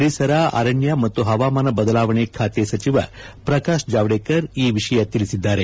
ಪರಿಸರ ಅರಣ್ಣ ಮತ್ತು ಹವಾಮಾನ ಬದಲಾವಣೆ ಖಾತೆಯ ಸಚಿವ ಪ್ರಕಾಶ್ ಜಾವಡೇಕರ್ ತಿಳಿಸಿದ್ದಾರೆ